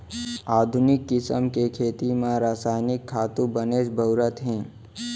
आधुनिक किसम के खेती म रसायनिक खातू बनेच बउरत हें